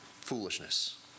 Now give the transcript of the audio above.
foolishness